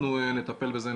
אנחנו נטפל בזה,